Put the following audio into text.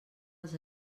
als